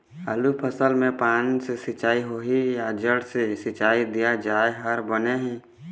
आलू फसल मे पान से सिचाई होही या जड़ से सिचाई दिया जाय हर बने हे?